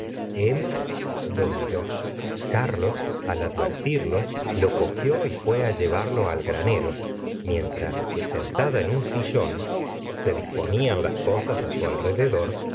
emma lo miró carlos al advertirlo lo cogió y fué llevarlo al granero mientras que sentada en un sillón se disponían las cosas su alrededor pensaba ella en su